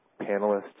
panelists